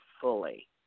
fully